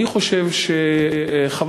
אני חושב שחוות